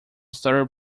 started